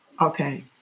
Okay